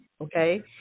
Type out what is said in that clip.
Okay